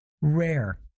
rare